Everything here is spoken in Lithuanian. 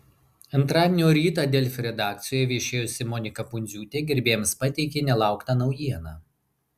antradienio rytą delfi redakcijoje viešėjusi monika pundziūtė gerbėjams pateikė nelauktą naujieną